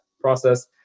process